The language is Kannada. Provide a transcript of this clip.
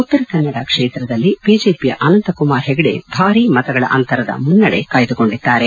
ಉತ್ತರ ಕನ್ನಡ ಕ್ಷೇತ್ರದಲ್ಲಿ ಬಿಜೆಪಿಯ ಅನಂತ ಕುಮಾರ್ ಹೆಗಡೆ ಭಾರೀ ಮತಗಳ ಅಂತರದ ಮುನ್ನಡೆ ಕಾಯ್ದುಕೊಂಡಿದ್ದಾರೆ